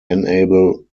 enable